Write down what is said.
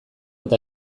eta